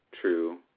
true